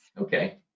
Okay